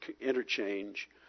interchange